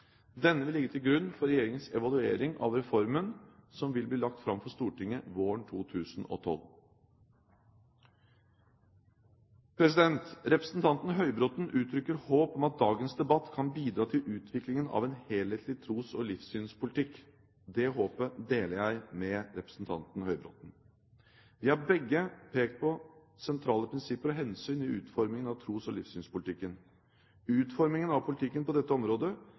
Denne vil ligge til grunn for regjeringens evaluering av reformen, som vil bli lagt fram for Stortinget våren 2012. Representanten Høybråten uttrykker håp om at dagens debatt kan bidra til utviklingen av en helhetlig tros- og livssynspolitikk. Det håpet deler jeg med representanten Høybråten. Vi har begge pekt på sentrale prinsipper og hensyn i utformingen av tros- og livssynspolitikken. Utformingen av politikken på dette området